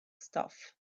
stuff